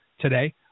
today